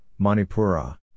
Manipura